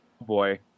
boy